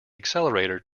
accelerator